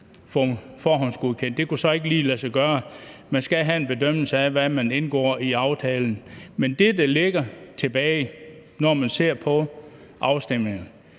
forhåndsgodkendt. Det kunne så ikke lige lade sig gøre. Man skal have en bedømmelse af, hvad man indgår i aftalen. Men det, der ligger tilbage, når man ser på afstemningen,